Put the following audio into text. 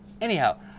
Anyhow